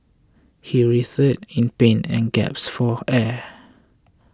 he writhed in pain and gasped for air